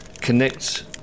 connects